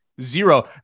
Zero